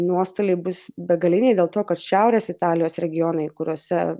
nuostoliai bus begaliniai dėl to kad šiaurės italijos regionai kuriuose